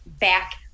back